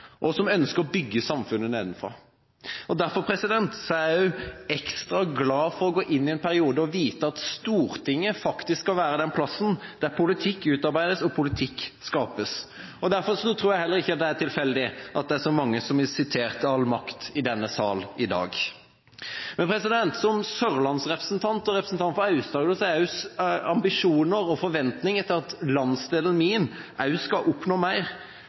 og som ønsker å bygge samfunnet nedenfra. Derfor er jeg også ekstra glad for å gå inn i en periode og vite at Stortinget faktisk skal være det stedet der politikk utarbeides og politikk skapes. Og derfor tror jeg heller ikke det er tilfeldig at det er så mange som i dag har sitert «all makt i denne sal». Som sørlandsrepresentant, og som representant for Aust-Agder, har jeg ambisjoner og forventninger om at landsdelen min også skal oppnå mer.